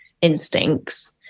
instincts